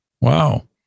Wow